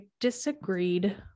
disagreed